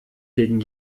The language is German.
gegen